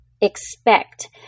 expect